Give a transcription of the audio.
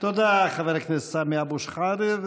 תודה, חבר הכנסת סמי אבו שחאדה.